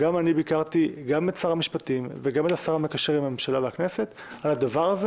ביקרתי את שר המשפטים ואת השר המקשר בין הממשלה לכנסת על הדבר הזה